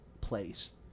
place